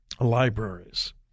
libraries